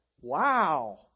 wow